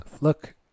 look